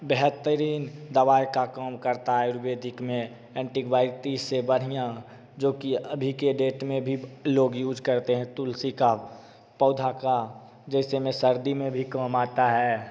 बेहतरीन दवाई का काम करता है आयुर्वेदिक में एंटीबायोटिक से बढ़िया जो कि अभी के डेट में भी लोग यूज़ करते हैं तुलसी का पौधा का जैसे मैं सर्दी में भी काम आता है